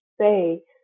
say